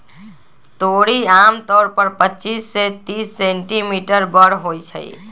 तोरी आमतौर पर पच्चीस से तीस सेंटीमीटर बड़ होई छई